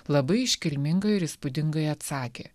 labai iškilmingai ir įspūdingai atsakė